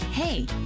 Hey